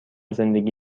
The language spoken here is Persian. زندگی